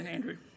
Andrew